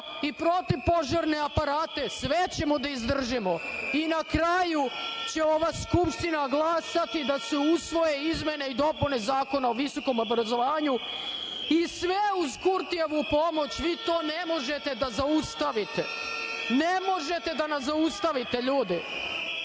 i protiv požarne aparate, sve ćemo da izdržimo. Na kraju će ova Skupština glasati da se usvoje izmene i dopune Zakona o visokom obrazovanju i sve uz Kurtijevu pomoć, vi to ne možete da zaustavite, ne možete da nas zaustavite ljudi,